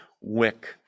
wick